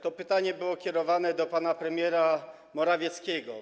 To pytanie było kierowane do pana premiera Morawieckiego.